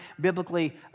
biblically